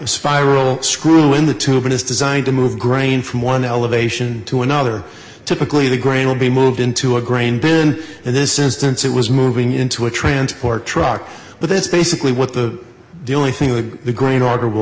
spiral screw in the tube it is designed to move grain from one elevation to another typically the grain will be moved into a grain bin and this instance it was moving into a transport truck but that's basically what the the only thing that the great order will